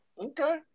Okay